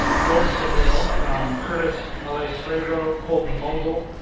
george kahale, from curtis, mallet-prevost, colt and mosle.